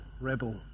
rebel